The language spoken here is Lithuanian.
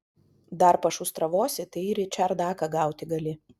dar pašustravosi tai ir į čerdaką gauti gali